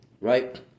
right